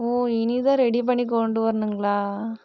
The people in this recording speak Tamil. ஓ இனி தான் ரெடி பண்ணி கொண்டு வரணுங்களா